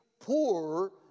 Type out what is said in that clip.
poor